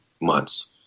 months